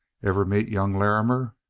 ever meet young larrimer?